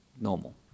normal